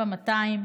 7 200?